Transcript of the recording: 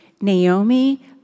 Naomi